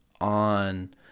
on